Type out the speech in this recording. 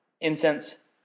incense